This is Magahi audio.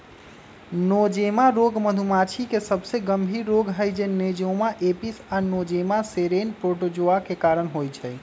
नोज़ेमा रोग मधुमाछी के सबसे गंभीर रोग हई जे नोज़ेमा एपिस आ नोज़ेमा सेरेने प्रोटोज़ोआ के कारण होइ छइ